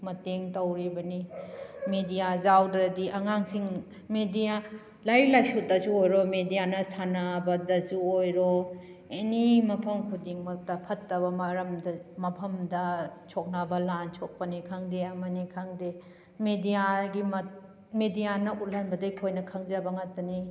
ꯃꯇꯦꯡ ꯇꯧꯔꯤꯕꯅꯤ ꯃꯦꯗꯤꯌꯥ ꯌꯥꯎꯗ꯭ꯔꯗꯤ ꯑꯉꯥꯡꯁꯤꯡ ꯃꯦꯗꯤꯌꯥ ꯂꯥꯏꯔꯤꯛ ꯂꯥꯏꯁꯨꯗꯁꯨ ꯑꯣꯏꯔꯣ ꯃꯦꯗꯤꯌꯥꯅ ꯁꯥꯟꯅꯕꯗꯁꯨ ꯑꯣꯏꯔꯣ ꯑꯦꯅꯤ ꯃꯐꯝ ꯈꯨꯗꯤꯡꯃꯛꯇ ꯐꯠꯇꯕ ꯃꯐꯝꯗ ꯁꯣꯛꯅꯕ ꯂꯥꯟ ꯁꯣꯛꯄꯅꯤ ꯈꯪꯗꯦ ꯑꯃꯅꯤ ꯈꯪꯗꯦ ꯃꯦꯗꯤꯌꯥꯒꯤ ꯃꯦꯗꯤꯌꯥꯅ ꯎꯠꯍꯟꯕꯗꯨ ꯑꯩꯈꯣꯏꯅ ꯈꯪꯖꯕ ꯉꯥꯛꯇꯅꯤ